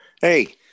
Hey